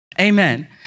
Amen